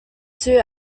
two